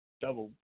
double